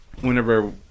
whenever